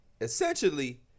essentially